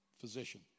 Physician